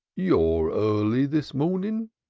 you're early this mornen.